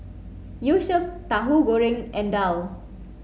Yu Sheng Tahu Goreng and Daal